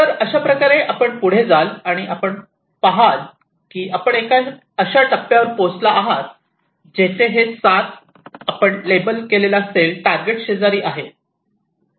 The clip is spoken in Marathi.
तर अशाप्रकारे आपण पुढे जाल आणि आपण पाहाल की आपण अशा एका टप्प्यावर पोहोचला आहात जेथे हे 7 आपण लेबल केलेला सेल टारगेट शेजारी आहे